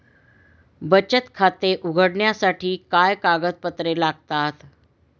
बचत खाते उघडण्यासाठी काय कागदपत्रे लागतात?